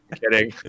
kidding